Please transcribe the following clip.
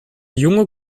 junge